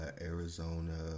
Arizona